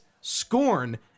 Scorn